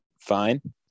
fine